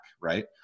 right